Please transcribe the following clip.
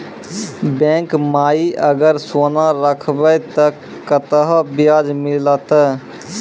Bank माई अगर सोना राखबै ते कतो ब्याज मिलाते?